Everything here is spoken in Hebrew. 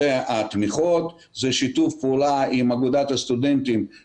זה התמיכות, זה שיתוף הפעולה עם אגודת הסטודנטים